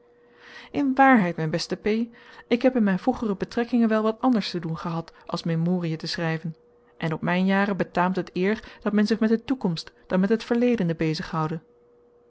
in waarheid mijn beste p ik heb in mijn vroegere betrekkingen wel wat anders te doen gehad als memoriën te schrijven en op mijn jaren betaamt het eer dat men zich met de toekomst dan met het verledene